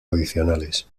adicionales